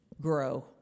grow